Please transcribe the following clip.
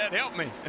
and help me.